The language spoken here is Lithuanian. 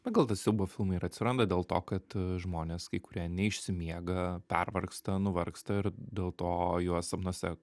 na gal tie siaubo filmai ir atsiranda dėl to kad žmonės kai kurie neišsimiega pervargsta nuvargsta ir dėl to juos sapnuose